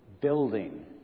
Building